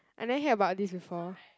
I never hear about this before